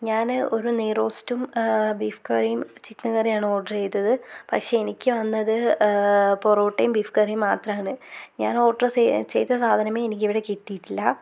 ഞാൻ ഒരു നെയ്റോസ്റ്റും ബീഫ് കറിയും ചിക്കന് കറിയുമാണ് ഓര്ഡര് ചെയ്തത് പക്ഷേ എനിക്ക് വന്നത് പൊറോട്ടയും ബീഫ് കറിയും മാത്രമാണ് ഞാന് ഓര്ഡര് ചെ ചെയ്ത സാധനമേ എനിക്ക് ഇവിടെ കിട്ടിയിട്ടില്ല